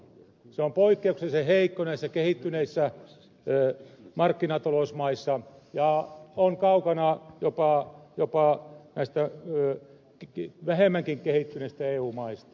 se on poikkeuksellisen heikko kun katsotaan näitä kehittyneitä markkinatalousmaita ja on kaukana jopa näistä vähemmänkin kehittyneistä eu maista